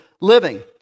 living